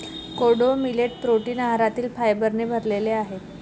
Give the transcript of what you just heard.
कोडो millet protein आहारातील फायबरने भरलेले आहे